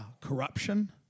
corruption